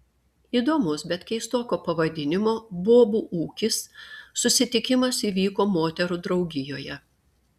įdomus bet keistoko pavadinimo bobų ūkis susitikimas įvyko moterų draugijoje